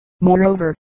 Moreover